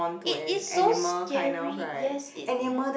it is so scary yes it